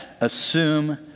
assume